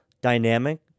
dynamic